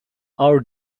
our